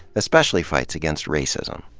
especially fights against racism.